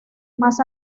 más